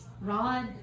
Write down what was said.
Rod